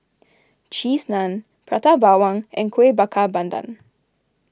Cheese Naan Prata Bawang and Kuih Bakar Pandan